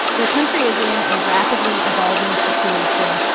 the country is in a rapidly evolving situation.